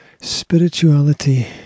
spirituality